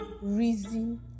reason